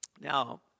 Now